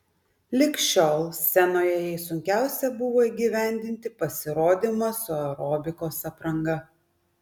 lig šiol scenoje jai sunkiausia buvo įgyvendinti pasirodymą su aerobikos apranga